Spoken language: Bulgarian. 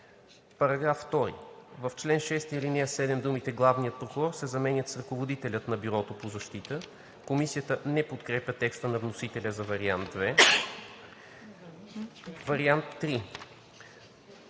II: „§ 2. В чл. 6, ал. 7 думите „главният прокурор“ се заменят с „ръководителят на Бюрото по защита“.“ Комисията не подкрепя текста на вносителя за вариант II. Вариант